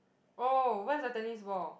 oh where's the tennis ball